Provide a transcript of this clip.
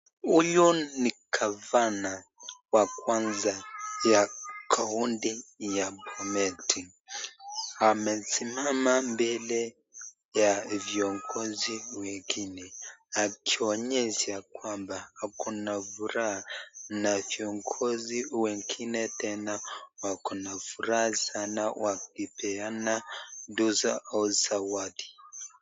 Huyu ni gavana wa kwanza ya kaunti ya Bomet. Amesimama mbele ya viongozi wengine, akionyesha kwamba ako na furaha na viongozi wengine tena wako na furaha sana wakipeana wenzao zawadi.